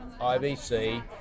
IBC